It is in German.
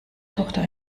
tochter